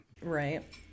Right